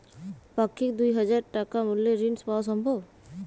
পাক্ষিক দুই হাজার টাকা মূল্যের ঋণ পাওয়া সম্ভব?